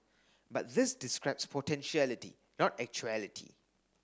but this describes potentiality not actuality